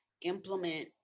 implement